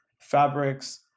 fabrics